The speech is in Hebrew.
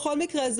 בכל מקרה זה